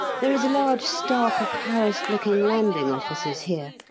there is a large staff of harassed-looking landing officers here,